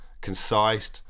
concise